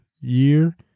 year